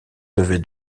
devaient